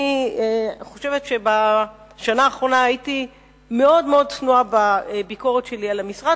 אני חושבת שבשנה האחרונה הייתי מאוד מאוד צנועה בביקורת שלי על המשרד,